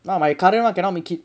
my current [one] cannot make it